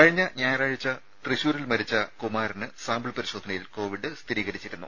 കഴിഞ്ഞ ഞായറാഴ്ച തൃശൂരിൽ മരിച്ച കുമാരന് സാമ്പിൾ പരിശോധനയിൽ കോവിഡ് സ്ഥിരീകരിച്ചിരുന്നു